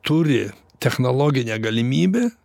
turi technologinę galimybę